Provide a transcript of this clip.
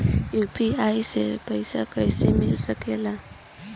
UPI से पइसा कईसे मिल सके ला?